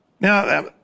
now